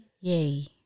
yay